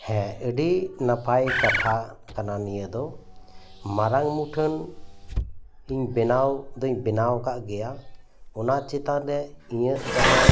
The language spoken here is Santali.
ᱦᱮᱸ ᱟᱰᱤ ᱱᱟᱯᱟᱭ ᱠᱟᱛᱷᱟ ᱠᱟᱱᱟ ᱱᱤᱭᱟᱹ ᱫᱚ ᱢᱟᱨᱟᱝ ᱢᱩᱴᱷᱟᱹᱱ ᱤᱧ ᱵᱮᱱᱟᱣ ᱫᱚᱧ ᱵᱮᱱᱟᱣ ᱟᱠᱟᱫ ᱜᱮᱭᱟ ᱚᱱᱟ ᱪᱮᱛᱟᱱ ᱨᱮ ᱤᱧᱟᱹᱜ ᱡᱟᱦᱟᱸ